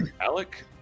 Alec